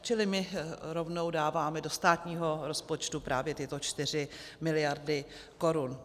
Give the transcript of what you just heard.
Čili my rovnou dáváme do státního rozpočtu právě tyto 4 miliardy korun.